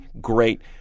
great